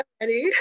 ready